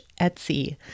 Etsy